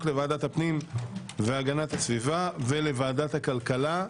לוועדת הפנים והגנת הסביבה ולוועדת הכלכלה.